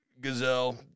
Gazelle